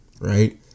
right